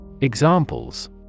Examples